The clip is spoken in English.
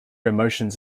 emotions